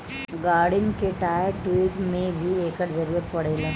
गाड़िन के tyre, tube में भी एकर जरूरत पड़ेला